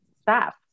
staff